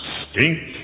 stink